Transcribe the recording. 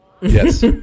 Yes